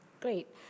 great